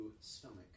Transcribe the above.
stomach